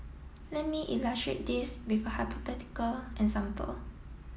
let me illustrate this with a hypothetical example